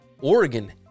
Oregon